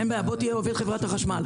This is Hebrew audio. אין בעיה, בוא תהיה עובד חברת החשמל.